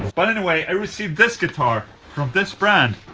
but anyway, i received this guitar from this brand